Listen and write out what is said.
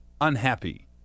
unhappy